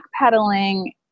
backpedaling